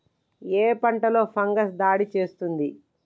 ఏ పంటలో ఫంగస్ దాడి చేస్తుంది?